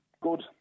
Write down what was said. Good